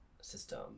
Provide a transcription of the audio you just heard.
system